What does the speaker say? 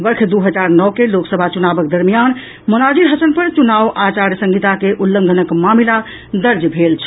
वर्ष दू हजार नओ के लोकसभा चुनावक दरमियान मोनाजिर हसन पर चुनाव आचार संहिता के उल्लंघनक मामिला दर्ज भेल छल